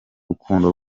rukundo